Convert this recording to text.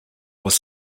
was